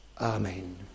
amen